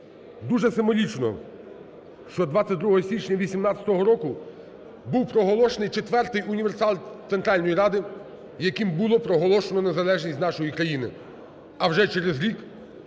Дуже символічно, що 22 січня 18-го року був проголошений Четвертий універсал Центральної Ради, яким було проголошено незалежність нашої країни,